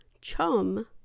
chum